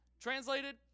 Translated